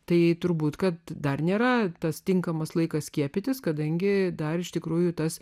tai turbūt kad dar nėra tas tinkamas laikas skiepytis kadangi dar iš tikrųjų tas